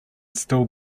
still